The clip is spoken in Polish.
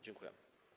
Dziękuję.